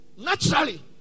Naturally